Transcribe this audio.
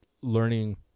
learning